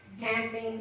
camping